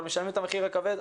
אנחנו משלמים את המחיר הכבד.